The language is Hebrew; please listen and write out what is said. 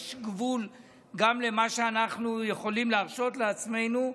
יש גבול גם למה שאנחנו יכולים להרשות לעצמנו,